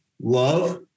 love